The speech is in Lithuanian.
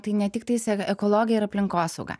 tai ne tiktais e ekologija ir aplinkosauga